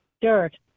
dirt